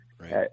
right